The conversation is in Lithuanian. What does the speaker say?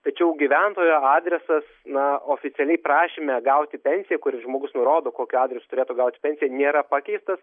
tačiau gyventojo adresas na oficialiai prašyme gauti pensiją kurį žmogus nurodo kokiu adresu turėtų gauti pensiją nėra pakeistas